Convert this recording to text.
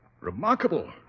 Remarkable